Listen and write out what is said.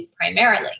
primarily